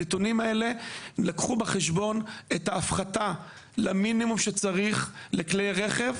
הנתונים האלה לקחו בחשבון את ההפחתה למינימום שצריך לכלי רכב,